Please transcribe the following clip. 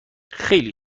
خیلی